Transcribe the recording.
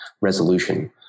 resolution